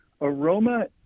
aroma